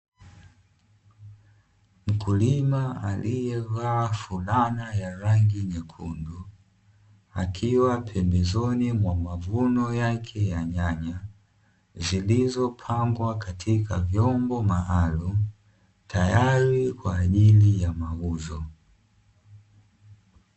Mkulima aliyevaa fulana ya rangi nyekundu, akiwa pembezoni mwa mavuno yake ya nyanya, zilizopangwa katika vyombo maalum tayari kwaajili ya mauzo.